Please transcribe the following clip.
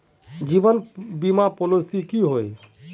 जीवन बीमा पॉलिसी की होय?